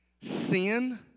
sin